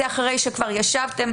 וזה אחרי שכבר ישבתם,